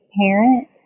parent